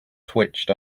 twitched